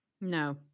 No